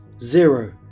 zero